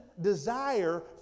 desire